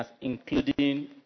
including